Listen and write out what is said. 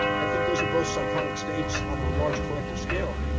i think those are both psychotic states on a large collective scale.